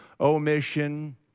omission